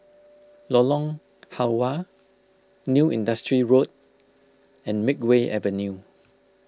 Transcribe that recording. Lorong Halwa New Industrial Road and Makeway Avenue